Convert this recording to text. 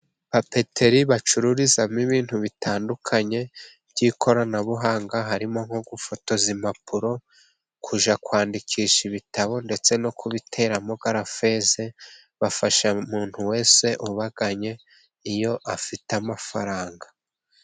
Papeteri bacururizamo ibintu bitandukanye by'ikoranabuhanga. Harimo nko gufotoza impapuro, kujya kwandikisha ibitabo ndetse no kubiteramo garafeze. Bafasha umuntu wese ubagana iyo afite amafaranga.